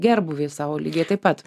gerbūvį savo lygiai taip pat